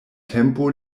tempo